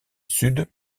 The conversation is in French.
sud